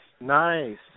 Nice